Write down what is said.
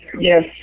Yes